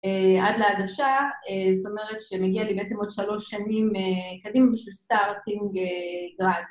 עד לעדשה, זאת אומרת שמגיע לי בעצם עוד שלוש שנים קדימה בשביל סטארטינג גרנד